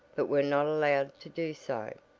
but were not allowed to do so.